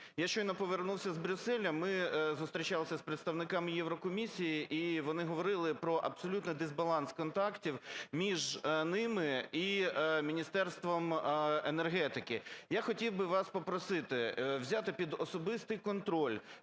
Я щойно повернувся з Брюсселя. Ми зустрічалися з представниками Єврокомісії і вони говорили про абсолютний дисбаланс контактів між ними і Міністерством енергетики. Я хотів би вас попросити взяти під особистий контроль